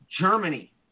Germany